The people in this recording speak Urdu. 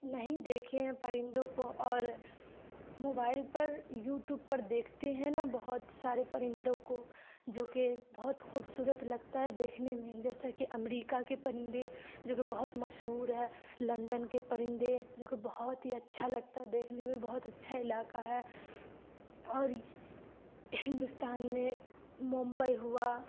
نہیں دیکھے ہیں پرندوں کو اور موبائل پر یوٹیوب پر دیکھتے ہیں نا نا بہت سارے پرندوں کو جوکہ بہت خوبصورت لگتا ہے دیکھنے میں جیسا کہ امریکہ کے پرندے جو کہ بہت مشہور ہے لندن کے پرندے جوکہ بہت ہی اچھا لگتا ہے دیکھنے میں بہت اچھا علاقہ ہے اور ہندوستان میں ممبئی ہوا